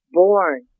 born